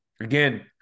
again